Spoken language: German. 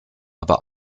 aber